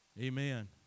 Amen